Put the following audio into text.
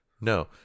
No